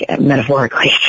metaphorically